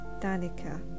Danica